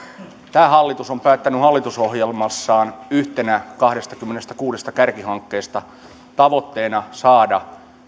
tämä hallitus on päättänyt hallitusohjelmassaan kahdestakymmenestäkuudesta kärkihankkeesta yhtenä tavoitteena saada